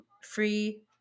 free